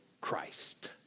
Christ